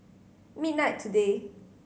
midnight today